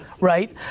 right